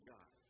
God